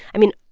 i mean,